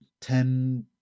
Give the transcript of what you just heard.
ten